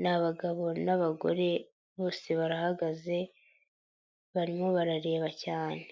ni abagabo n'abagore bose barahagaze barimo barareba cyane.